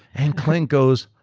and klink goes,